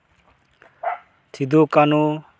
ᱥᱤᱫᱩᱼᱠᱟᱹᱱᱩ